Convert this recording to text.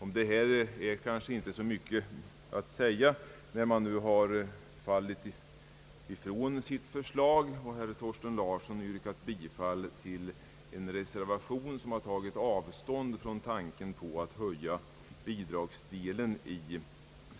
Om detta är kanske inte så mycket att säga när man nu har frångått sitt förslag. Herr Thorsten Larsson har yrkat bifall till en reservation, i vilken man tagit avstånd från tanken på att höja bidragsdelen i